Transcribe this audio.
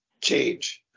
change